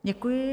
Děkuji.